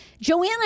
Joanna